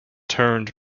turned